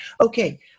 Okay